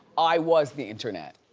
i was the internet.